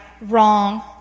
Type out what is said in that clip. wrong